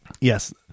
Yes